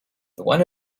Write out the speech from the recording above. one